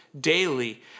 daily